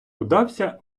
удався